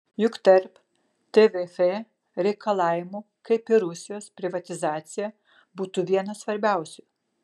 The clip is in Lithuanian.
juk tarp tvf reikalavimų kaip ir rusijos privatizacija būtų vienas svarbiausių